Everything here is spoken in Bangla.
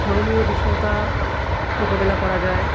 ধর্মীয় বিষয়টা মোকাবেলা করা যায়